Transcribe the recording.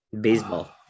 baseball